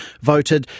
voted